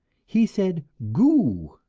he said goo!